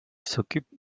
s’occupe